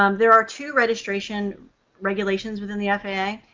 um there are two registration regulations within the yeah faa. yeah